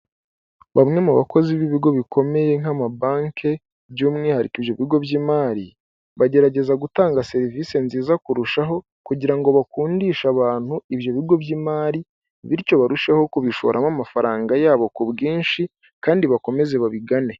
Bamwe mu bakozi b'ibigo bikomeye nk'amabanke by'umwihariko ibyo bigo by'imari, bagerageza gutanga serivisi nziza kurushaho kugira ngo bakundisha abantu ibyo bigo by'imari bityo barusheho kubishoramo amafaranga y'abo ku bwinshi kandi bakomeze babigane.